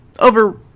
over